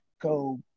go